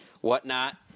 whatnot